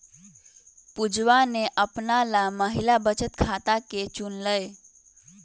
पुजवा ने अपना ला महिला बचत खाता के चुन लय